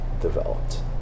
developed